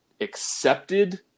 accepted